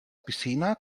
piscina